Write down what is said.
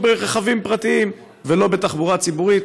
ברכבים פרטיים ולא בתחבורה הציבורית.